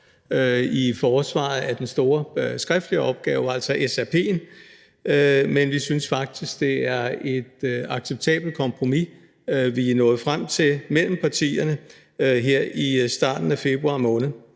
i forsvaret af den store skriftlige opgave, altså SRP'en, men vi synes faktisk, det er et acceptabelt kompromis, vi er nået frem til partierne imellem her i starten af februar måned.